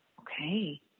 Okay